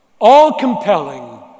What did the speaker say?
all-compelling